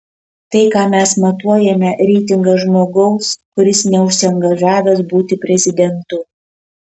tai ką mes matuojame reitingas žmogaus kuris neužsiangažavęs būti prezidentu